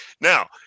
Now